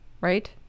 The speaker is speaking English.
Right